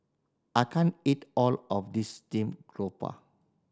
I can't eat all of this steamed garoupa